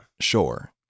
Sure